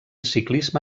ciclisme